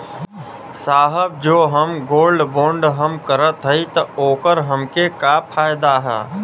साहब जो हम गोल्ड बोंड हम करत हई त ओकर हमके का फायदा ह?